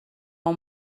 اون